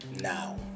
Now